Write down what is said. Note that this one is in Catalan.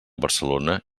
barcelona